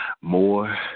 more